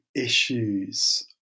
issues